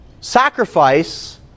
sacrifice